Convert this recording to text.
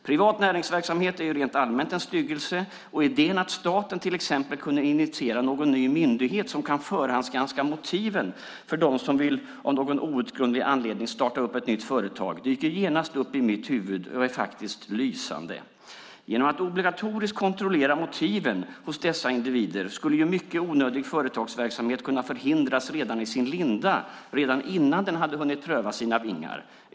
Privat näringsverksamhet är ju rent allmänt en styggelse, och idén att staten till exempel kunde initiera någon ny myndighet som kan förhandsgranska motiven för dem som av någon outgrundlig anledning vill starta ett nytt företag dyker genast upp i mitt huvud och är faktiskt lysande. Genom att obligatoriskt kontrollera motiven hos dessa individer skulle ju mycket onödig företagsverksamhet kunna förhindras redan i sin linda, redan innan den hade hunnit pröva sina vingar.